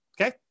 Okay